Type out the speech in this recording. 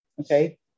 okay